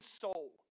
soul